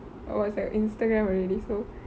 it was on Instagram already so